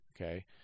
okay